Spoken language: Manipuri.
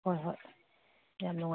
ꯍꯣꯏ ꯍꯣꯏ ꯌꯥꯝ